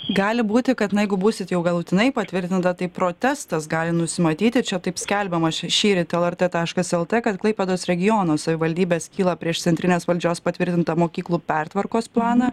gali būti kad na jeigu būsit jau galutinai patvirtinta tai protestas gali nusimatyti čia taip skelbiama šįryt lrt taškas lt kad klaipėdos regiono savivaldybės kyla prieš centrinės valdžios patvirtintą mokyklų pertvarkos planą